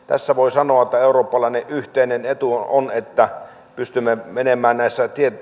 tässä voi sanoa että eurooppalainen yhteinen etu on että pystymme menemään